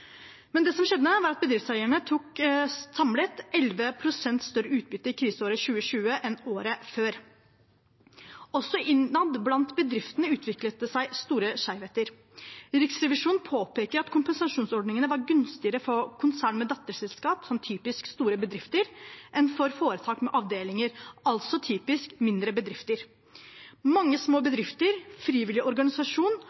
Det som skjedde, var at bedriftseierne samlet tok 11 pst. større utbytte i kriseåret 2020 enn i året før. Også innad blant bedriftene utviklet det seg store skjevheter. Riksrevisjonen påpeker at kompensasjonsordningene var gunstigere for konsern med datterselskap, typisk store bedrifter, enn for foretak med avdelinger, altså typisk mindre bedrifter. Mange små